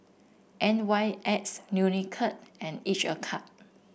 N Y X Unicurd and each a cup